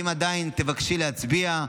אם עדיין תבקשי להצביע,